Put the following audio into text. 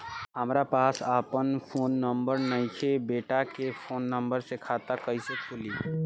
हमरा पास आपन फोन नईखे बेटा के फोन नंबर से खाता कइसे खुली?